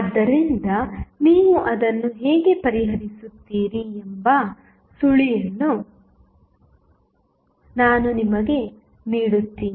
ಆದ್ದರಿಂದ ನೀವು ಅದನ್ನು ಹೇಗೆ ಪರಿಹರಿಸುತ್ತೀರಿ ಎಂಬ ಸುಳಿವನ್ನು ನಾನು ನಿಮಗೆ ನೀಡುತ್ತೇನೆ